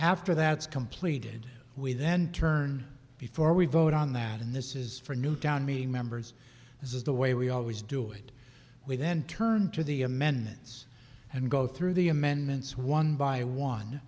after that is completed we then turn before we vote on that and this is for a new town meeting members this is the way we always do it we then turn to the amendments and go through the amendments one by one